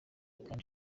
kandi